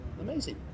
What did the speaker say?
Amazing